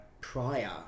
prior